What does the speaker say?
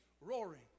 roaring